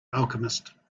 alchemist